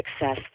success